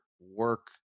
work